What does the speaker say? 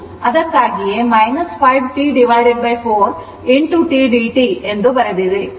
ಅದಕ್ಕಾಗಿಯೇ 5 T4 tdt ಈ ರೀತಿ ಬರೆದಿದೆ